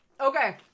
okay